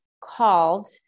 called